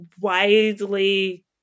widely